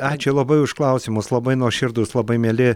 ačiū labai už klausimus labai nuoširdūs labai mieli